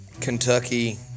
Kentucky